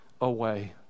away